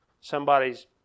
Somebody's